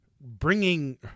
bringing